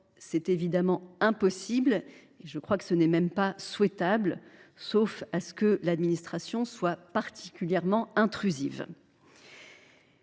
c’est bien entendu impossible, et ce n’est même pas souhaitable, sauf à ce que l’administration soit particulièrement intrusive.